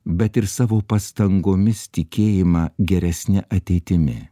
bet ir savo pastangomis tikėjimą geresne ateitimi